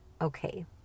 okay